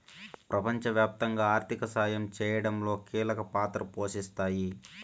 ప్రపంచవ్యాప్తంగా ఆర్థిక సాయం చేయడంలో కీలక పాత్ర పోషిస్తాయి